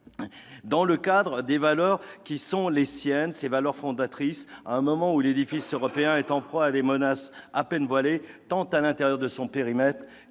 -dans le cadre des valeurs fondatrices qui sont les siennes, à un moment où l'édifice européen est en proie à des menaces à peine voilées, tant à l'intérieur de son périmètre